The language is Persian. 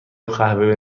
قهوه